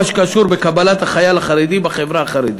שקשור בקבלת החייל החרדי בחברה החרדית.